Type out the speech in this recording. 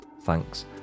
Thanks